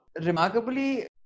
remarkably